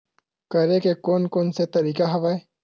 करे के कोन कोन से तरीका हवय?